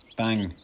bang,